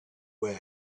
where